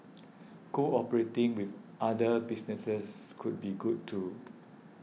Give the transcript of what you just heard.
cooperating with other businesses could be good too